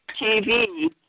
TV